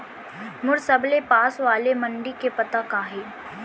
मोर सबले पास वाले मण्डी के पता का हे?